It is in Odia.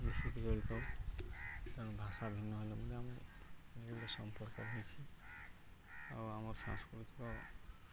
ମିଶିକି ଗାଳିଥାଉ ତେଣୁ ଭାଷା ଭିନ୍ନ ହେଲେ ମଧ୍ୟ ଆମେ ବିଭିନ୍ନ ସମ୍ପର୍କ ହେଇଛି ଆଉ ଆମର ସାଂସ୍କୃତିକ